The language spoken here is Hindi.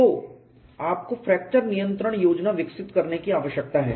तो आपको फ्रैक्चर नियंत्रण योजना विकसित करने की आवश्यकता है